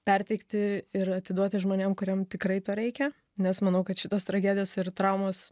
perteikti ir atiduoti žmonėm kuriem tikrai to reikia nes manau kad šitos tragedijos ir traumos